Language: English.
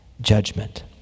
judgment